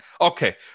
Okay